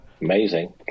Amazing